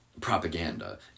Propaganda